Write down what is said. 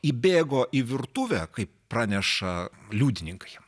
įbėgo į virtuvę kaip praneša liudininkai